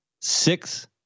six